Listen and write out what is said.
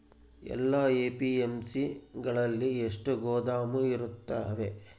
ಎಲ್ಲಾ ಎ.ಪಿ.ಎಮ್.ಸಿ ಗಳಲ್ಲಿ ಎಷ್ಟು ಗೋದಾಮು ಇರುತ್ತವೆ?